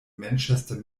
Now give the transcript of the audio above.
manchester